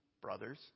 brothers